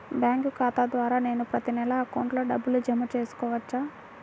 Bank ఖాతా ద్వారా నేను ప్రతి నెల అకౌంట్లో డబ్బులు జమ చేసుకోవచ్చా?